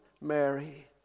Mary